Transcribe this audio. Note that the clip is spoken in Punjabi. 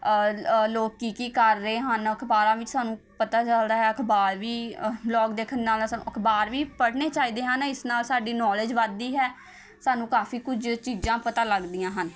ਲੋਕ ਕੀ ਕੀ ਕਰ ਰਹੇ ਹਨ ਅਖ਼ਬਾਰਾਂ ਵਿੱਚ ਸਾਨੂੰ ਪਤਾ ਚੱਲਦਾ ਹੈ ਅਖ਼ਬਾਰ ਵੀ ਵਲੋਗ ਦੇਖਣ ਨਾਲ ਸਾਨੂੰ ਅਖ਼ਬਾਰ ਵੀ ਪੜ੍ਹਨੇ ਚਾਹੀਦੇ ਹਨ ਇਸ ਨਾਲ ਸਾਡੀ ਨੋਲੇਜ ਵਧਦੀ ਹੈ ਸਾਨੂੰ ਕਾਫੀ ਕੁਝ ਚੀਜ਼ਾਂ ਪਤਾ ਲੱਗਦੀਆਂ ਹਨ